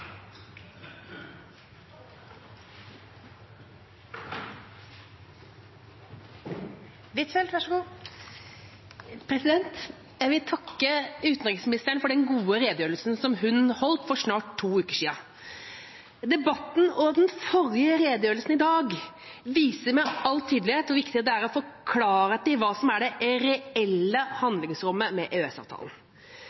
Jeg vil takke utenriksministeren for den gode redegjørelsen hun holdt for snart to uker siden. Den forrige redegjørelsen og debatten i tilknytning til den viser med all tydelighet hvor viktig det er å få klarhet i hva som er det reelle